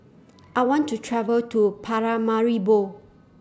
I want to travel to Paramaribo